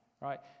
right